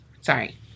Sorry